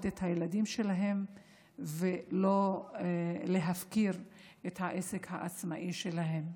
את הילדים שלהם ולא להפקיר את העסק העצמאי שלהם.